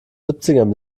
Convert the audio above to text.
siebzigern